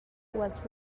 was